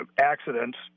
accidents